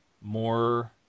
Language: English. more